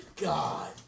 God